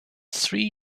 three